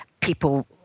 people